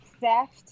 Theft